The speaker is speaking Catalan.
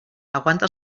aguanta